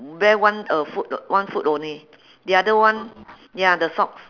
wear one uh foot on~ one foot only the other one ya the socks